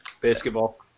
Basketball